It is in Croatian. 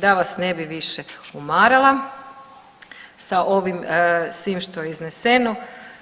Da vas ne bi više umarala sa ovim svim što je izneseno